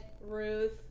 Ruth